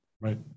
Right